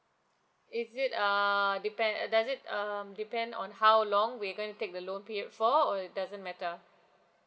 is it err depend at does it um depend on how long we're going to take the loan period for or it doesn't matter